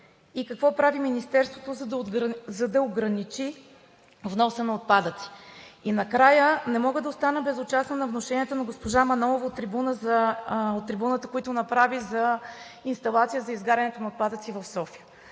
Какво прави Министерството, за да ограничи вноса на отпадъци? И накрая, не мога да остана безучастна на внушенията на госпожа Манолова, които направи от трибуната, за инсталация за изгарянето на отпадъци в София.